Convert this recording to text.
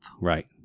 Right